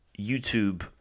YouTube